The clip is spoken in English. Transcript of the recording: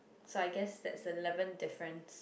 so I guess that's the eleven difference